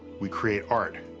we create art.